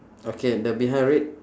okay the behind red